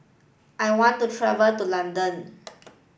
I want to travel to London